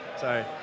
Sorry